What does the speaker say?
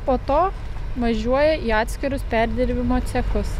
po to važiuoja į atskirus perdirbimo cechus